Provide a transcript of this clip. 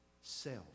self